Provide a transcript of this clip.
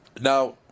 Now